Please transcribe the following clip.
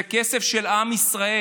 זה כסף של עם ישראל.